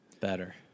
Better